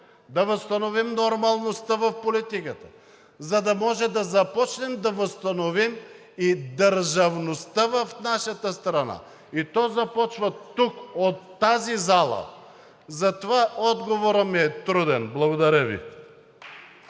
да възстановим нормалността в политиката, за да можем да започнем да възстановим и държавността в нашата страна, и то започва тук, от тази зала, и затова отговорът ми е труден. Благодаря Ви.